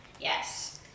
Yes